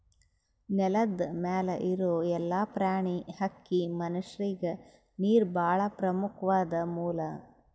ನೆಲದ್ ಮ್ಯಾಲ್ ಇರೋ ಎಲ್ಲಾ ಪ್ರಾಣಿ, ಹಕ್ಕಿ, ಮನಷ್ಯರಿಗ್ ನೀರ್ ಭಾಳ್ ಪ್ರಮುಖ್ವಾದ್ ಮೂಲ